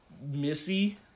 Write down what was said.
Missy